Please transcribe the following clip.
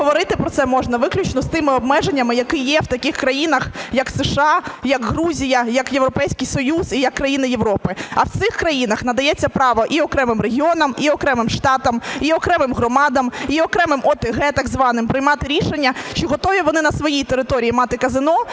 говорити про це можна виключно з тими обмеженнями, які є в таких країнах як США, як Грузія, як Європейський Союз і як країни Європи. А в цих країнах надається право і окремим регіонам, і окремим штатам, і окремим громадам, і окремим ОТГ так званим приймати рішення чи готові вони на своїй території мати казино,